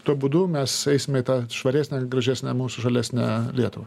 tuo būdu mes eisime į tą švaresnę gražesnę mūsų žalesnę lietuvą